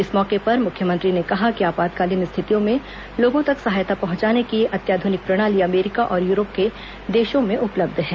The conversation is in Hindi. इस मौके पर मुख्यमंत्री ने कहा कि आपातकालीन स्थितियों में लोगों तक सहायता पहुंचाने की यह अत्याधुनिक प्रणाली अमेरिका और यूरोप के देशों में उपलब्ध है